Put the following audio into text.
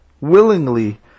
willingly